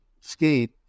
skate